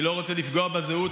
אני לא רוצה לפגוע בזהות,